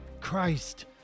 Christ